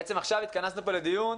עכשיו התכנסנו פה לדיון,